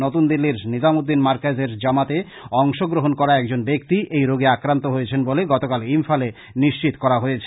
নতুনদিল্লীর নিজামুদ্দিন মার্কাজের জামাতে অংশগ্রহন করা একজন ব্যাক্তি এই রোগে আক্রান্ত হয়েছেন বলে গতকাল ইম্ফলএ নিশ্চিত করা হয়েছে